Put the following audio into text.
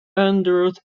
hundreds